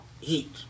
heat